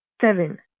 Seven